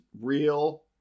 real